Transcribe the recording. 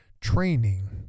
training